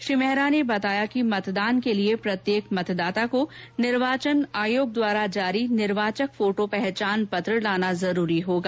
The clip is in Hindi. श्री मेहरा ने बताया कि मतदान के लिए प्रत्येक मतदाता को भारत निर्वाचन आयोग द्वारा जारी निर्वाचक फोटो पहचान पत्र लाना जरूरी होगा